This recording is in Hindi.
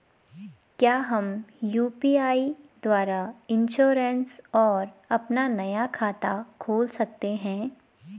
क्या हम यु.पी.आई द्वारा इन्श्योरेंस और अपना नया खाता खोल सकते हैं?